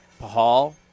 Pahal